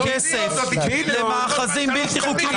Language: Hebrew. מה שסביר זה להעביר כסף למאחזים בלתי חוקיים...